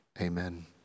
Amen